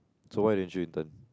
so why didn't you intern